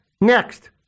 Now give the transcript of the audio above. Next